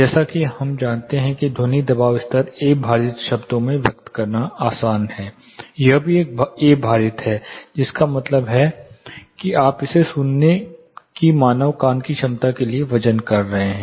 जैसा कि हम जानते हैं कि ध्वनि दबाव स्तर ए भारित शब्दों में व्यक्त करना आसान है यह भी एक भारित है इसका मतलब है कि आप इसे सुनने की मानव कान की क्षमता के लिए वजन कर रहे हैं